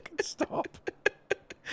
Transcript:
Stop